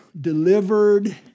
delivered